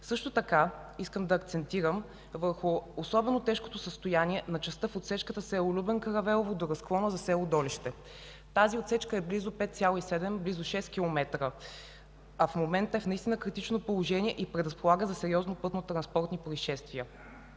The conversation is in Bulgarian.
Също така искам да акцентирам върху особено тежкото състояние на частта в отсечката село Любен Каравелово до разклона за село Долище. Тази отсечка е близо 5,7 – 6 км, а в момента е наистина в критично положение и предразполага за сериозни пътно-транспортни произшествия.